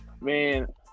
man